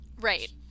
Right